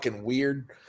weird